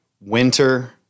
winter